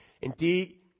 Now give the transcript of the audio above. Indeed